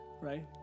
right